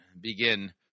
begin